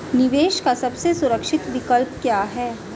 निवेश का सबसे सुरक्षित विकल्प क्या है?